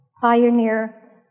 pioneer